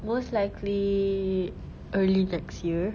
most likely early next year